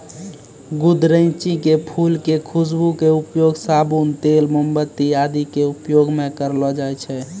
गुदरैंची के फूल के खुशबू के उपयोग साबुन, तेल, मोमबत्ती आदि के उपयोग मं करलो जाय छै